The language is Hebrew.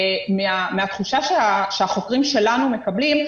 ומהתחושה שהחוקרים שלנו מקבלים,